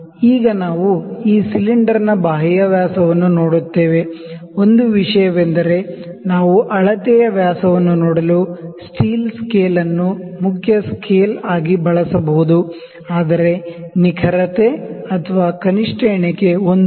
ಈಗ ನಾವು ಈ ಸಿಲಿಂಡರ್ನ ಬಾಹ್ಯ ವ್ಯಾಸವನ್ನು ನೋಡುತ್ತೇವೆ ಒಂದು ವಿಷಯವೆಂದರೆ ನಾವು ಅಳತೆಯ ವ್ಯಾಸವನ್ನು ನೋಡಲು ಸ್ಟೀಲ್ ಸ್ಕೇಲ್ ಅನ್ನು ಮುಖ್ಯ ಸ್ಕೇಲ್ ಆಗಿ ಬಳಸಬಹುದು ಆದರೆ ನಿಖರತೆ ಅಥವಾ ಲೀಸ್ಟ್ ಕೌಂಟ್ 1 ಮಿ